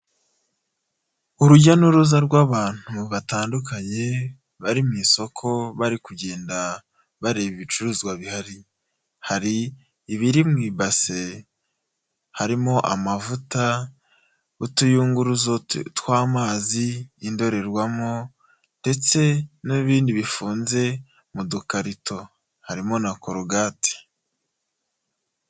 Urujya n'uruza rw'abantu batandukanye bari mu isoko bari kugenda bareba ibicuruzwa bihari, hari ibiri mu ibase harimo; amavuta, utuyunguruzo tw'amazi, indorerwamo ,ndetse n'ibindi bifunze mu dukarito harimo na corogati.